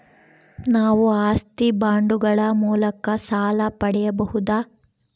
ನಾವು ಆಸ್ತಿ ಬಾಂಡುಗಳ ಮೂಲಕ ಸಾಲ ಪಡೆಯಬಹುದಾ?